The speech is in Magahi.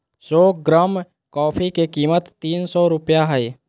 सो ग्राम कॉफी के कीमत तीन सो रुपया हइ